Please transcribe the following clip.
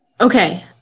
Okay